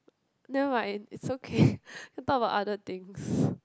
nevermind it's okay can talk about other things